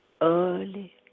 early